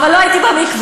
אבל לא הייתי במקווה,